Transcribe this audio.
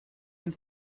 and